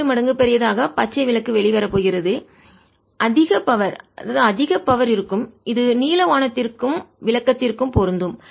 8 மடங்கு பெரியதாக பச்சை விளக்கு வெளிவரப்போகிறது அதிக பவர் சக்தி அதிக பவர் சக்தி இருக்கும் இது நீல வானத்திற்கும் விளக்கத்திற்கும் பொருந்தும்